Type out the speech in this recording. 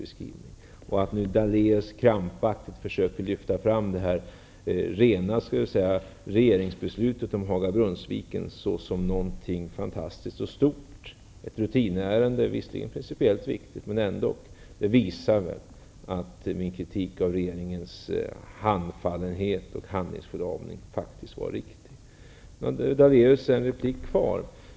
Att Lennart Daléus nu krampaktigt försöker lyfta fram regeringsbeslutet om Haga--Brunnsviken som någonting fantastiskt och stort -- ett rutinärende men visserligen principiellt viktigt -- visar väl att min kritik av regeringens handfallenhet och handlingsförlamning faktiskt var riktig. Lennart Daléus har en replik kvar.